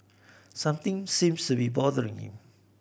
something seems to be bothering him